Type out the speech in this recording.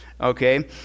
okay